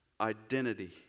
identity